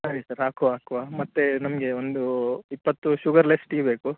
ಸರಿ ಸರ್ ಹಾಕುವ ಹಾಕುವ ಮತ್ತು ನಮಗೆ ಒಂದು ಇಪ್ಪತ್ತು ಶುಗರ್ ಲೆಸ್ ಟೀ ಬೇಕು